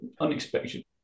unexpected